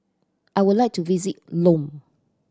I would like to visit Lome